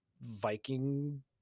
viking